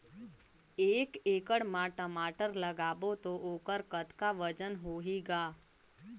एक एकड़ म टमाटर लगाबो तो ओकर कतका वजन होही ग?